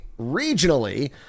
regionally